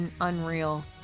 unreal